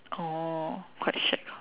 oh quite shag ah